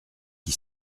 qui